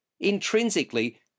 Intrinsically